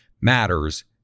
matters